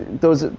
those,